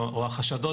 או החשדות,